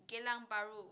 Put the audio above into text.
Geylang-Bahru